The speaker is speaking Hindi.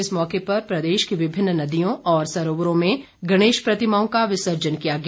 इस मौके पर प्रदेश की विभिन्न नदियों और सरोवरों में गणेश प्रतिमाओं का विसर्जन किया गया